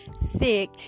sick